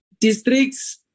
districts